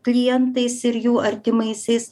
klientais ir jų artimaisiais